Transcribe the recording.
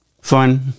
fun